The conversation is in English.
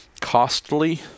costly